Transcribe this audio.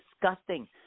disgusting